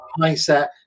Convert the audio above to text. mindset